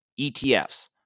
ETFs